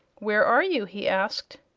where are you? he asked.